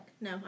No